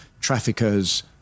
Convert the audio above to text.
traffickers